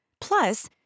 Plus